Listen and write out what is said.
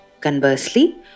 Conversely